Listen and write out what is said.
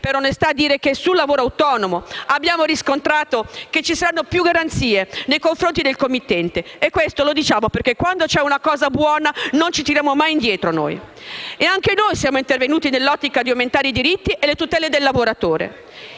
per onestà dire che sul lavoro autonomo abbiamo riscontrato che ci saranno più garanzie nei confronti del committente. Questo lo diciamo perché quando c'è una cosa buona non ci tiriamo mai indietro. Anche noi siamo intervenuti nell'ottica di aumentare i diritti e le tutele per il lavoratore.